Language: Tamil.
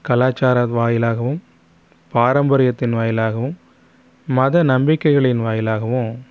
கலாச்சார வாயிலாகவும் பாரம்பரியத்தின் வாயிலாகவும் மத நம்பிக்கைகளின் வாயிலாகவும்